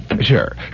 Sure